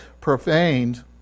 profaned